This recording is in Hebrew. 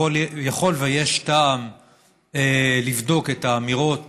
יכול להיות שיש טעם לבדוק את האמירות